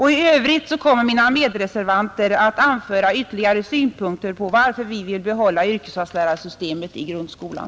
I övrigt kommer mina medreservanter att anföra ytterligare synpunkter på varför vi vill behålla yrkesvalslärarsystemet i grundskolan.